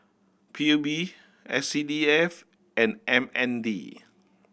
P U B S C D F and M N D